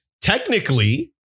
technically